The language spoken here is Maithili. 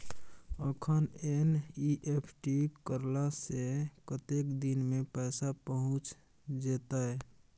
अखन एन.ई.एफ.टी करला से कतेक दिन में पैसा पहुँच जेतै?